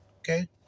okay